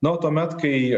na o tuomet kai